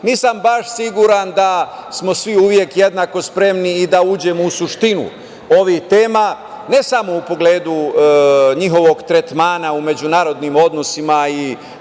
nisam baš siguran da smo svi uvek jednako spremni da uđemo u suštinu ovih tema, ne samo u pogledu njihovog tretmana u međunarodnim odnosima i